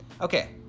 Okay